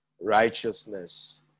righteousness